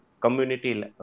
community